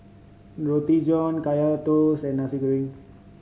Roti John Kaya Toast and Nasi Goreng